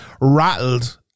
rattled